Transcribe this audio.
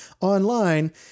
online